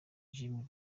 jim